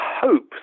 hope